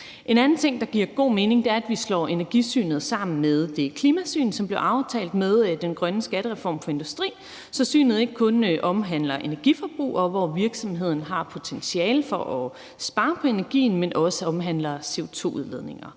En anden ting, der giver god mening, er, at vi slår energisynet sammen med det klimasyn, som blev aftalt med den grønne skattereform for industrien, så synet ikke kun omhandler energiforbrug, hvor virksomhederne har potentiale til at spare på energien, men også omhandler CO2-udledninger.